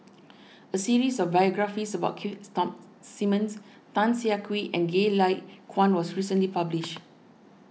a series of biographies about Keith Simmons Tan Siah Kwee and Goh Lay Kuan was recently published